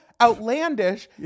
outlandish